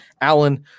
Allen